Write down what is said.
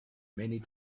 many